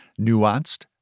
nuanced